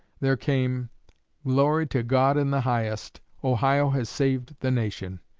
there came glory to god in the highest. ohio has saved the nation.